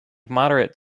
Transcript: moderate